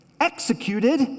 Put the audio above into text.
executed